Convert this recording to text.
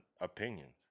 opinions